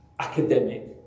Academic